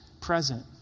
present